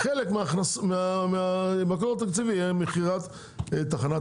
חלק מהמקור התקציבי יהיה מכירת תחנת